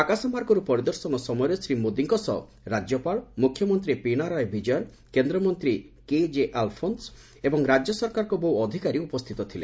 ଆକାଶମାର୍ଗରୁ ପରିଦର୍ଶନ ସମୟରେ ଶ୍ରୀ ମୋଦିଙ୍କ ସହ ରାଜ୍ୟପାଳ ମୁଖ୍ୟମନ୍ତ୍ରୀ ପିନାରାୟି ବିକୟନ୍ କେନ୍ଦ୍ରମନ୍ତ୍ରୀ କେଜେ ଆଲ୍ଫୋନ୍ସ୍ ଏବଂ ରାଜ୍ୟ ସରକାରଙ୍କ ବହୁ ଅଧିକାରୀ ଉପସ୍ଥିତ ଥିଲେ